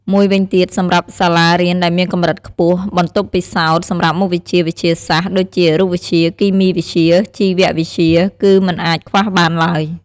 មួយវិញទៀតសម្រាប់សាលារៀនដែលមានកម្រិតខ្ពស់ បន្ទប់ពិសោធន៍ សម្រាប់មុខវិជ្ជាវិទ្យាសាស្ត្រ ដូចជា រូបវិទ្យា គីមីវិទ្យា ជីវវិទ្យា គឺមិនអាចខ្វះបានឡើយ។